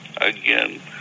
again